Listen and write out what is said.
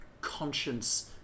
conscience